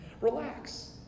Relax